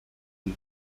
پیر